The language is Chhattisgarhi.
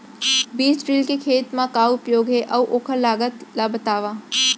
बीज ड्रिल के खेत मा का उपयोग हे, अऊ ओखर लागत ला बतावव?